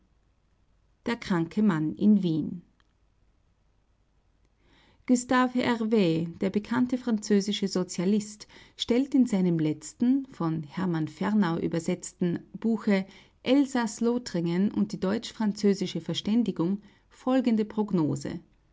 der kranke mann in wien gustave herv der bekannte französische sozialist stellt in seinem letzten von hermann fernau übersetzten buche elsaß-lothringen und die deutsch-französische verständigung folgende prognose